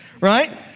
right